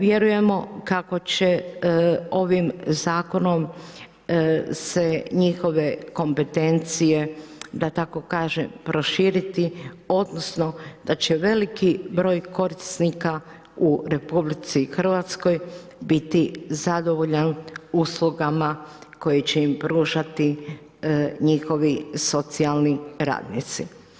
Vjerujem kako će ovim zakonom se njihove kompetencije, da tako kažem, proširiti odnosno da će veliki broj korisnika u RH biti zadovoljan uslugama koje će im pružati njihovi socijalni radnici.